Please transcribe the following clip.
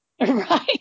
Right